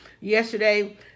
yesterday